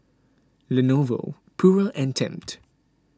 Lenovo Pura and Tempt